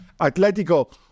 Atletico